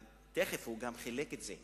תיכף, הוא גם חילק את זה.